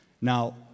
Now